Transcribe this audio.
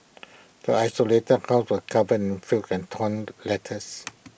the desolated house was covered in filth and torn letters